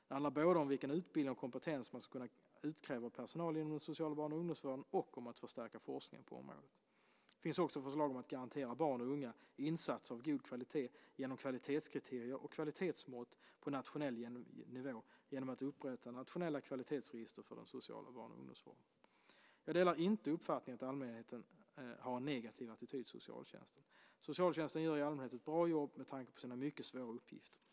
Det handlar både om vilken utbildning och kompetens man ska kunna utkräva av personal inom den sociala barn och ungdomsvården och om att förstärka forskningen på området. Det finns också förslag om att garantera barn och unga insatser av god kvalitet genom kvalitetskriterier och kvalitetsmått på nationell nivå genom att upprätta nationella kvalitetsregister för den sociala barn och ungdomsvården. Jag delar inte uppfattningen att allmänheten har en negativ attityd till socialtjänsten. Socialtjänsten gör i allmänhet ett bra jobb med tanke på dess mycket svåra uppgifter.